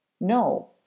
No